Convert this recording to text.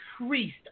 increased